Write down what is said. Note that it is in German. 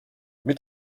mit